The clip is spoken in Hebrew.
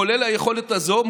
כולל היכולת הזאת,